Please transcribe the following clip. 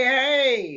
hey